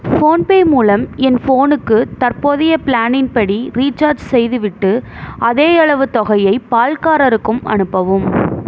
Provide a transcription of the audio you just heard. PhonePe மூலம் என் ஃபோனுக்கு தற்போதைய பிளானின் படி ரீசார்ஜ் செய்துவிட்டு அதேயளவு தொகையை பால்காரருக்கும் அனுப்பவும்